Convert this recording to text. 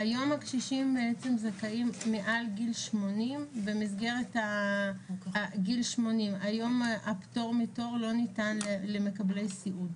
הקשישים זכאים מעל גיל 80 במסגרת גיל 80. היום הפטור מתור לא ניתן למקבלי סיעוד.